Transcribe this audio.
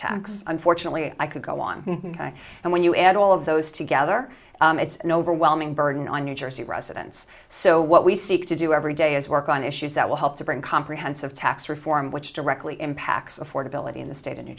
tax unfortunately i could go on and when you add all of those together it's an overwhelming burden on new jersey residents so what we seek to do every day is work on issues that will help to bring comprehensive tax reform which directly impacts affordability in the state of new